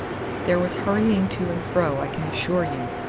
there was hurrying to and fro, i can assure you,